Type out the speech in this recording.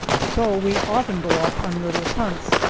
so we often go off on little hunts,